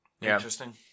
Interesting